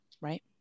Right